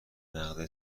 نقد